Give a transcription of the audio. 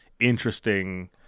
interesting